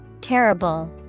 Terrible